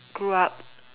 grew up